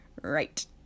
Right